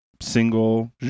single